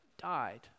died